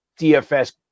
DFS